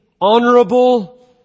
honorable